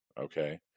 okay